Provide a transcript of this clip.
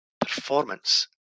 performance